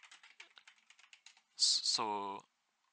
s~ so